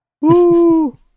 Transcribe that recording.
Woo